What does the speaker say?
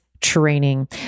training